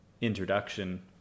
introduction